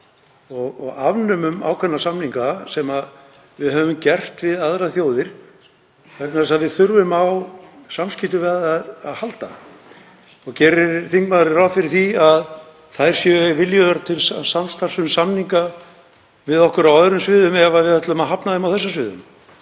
og afnemum ákveðna samninga sem við höfum gert við aðrar þjóðir vegna þess að við þurfum ekki á samskiptum að halda. Gerir þingmaðurinn ráð fyrir því að þær séu viljugar til samstarfs um samninga við okkur á öðrum sviðum ef við ætlum að hafna þeim á þessum sviðum?